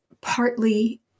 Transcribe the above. partly